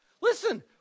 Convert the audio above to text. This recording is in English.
Listen